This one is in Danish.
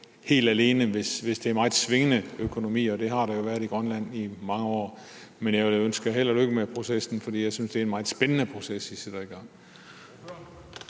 helt alene, hvis økonomien er meget svingende, og det har den jo været i Grønland i mange år. Men jeg vil da ønske jer held og lykke med processen, for jeg synes, det er en meget spændende proces, I sætter i gang.